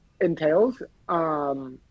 entails